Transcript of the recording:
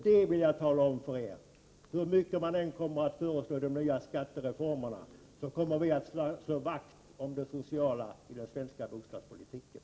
Det vill jag tala om för er: Hur mycket man än kommer att föreslå nya skattereformer, kommer vi att slå vakt om det sociala i den svenska bostadspolitiken.